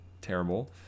terrible